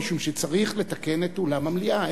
משום שצריך לתקן את אולם המליאה.